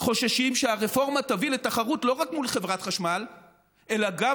חוששים שהרפורמה תביא לתחרות לא רק מול חברת חשמל אלא גם